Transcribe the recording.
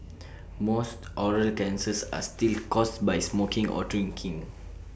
most oral cancers are still caused by smoking or drinking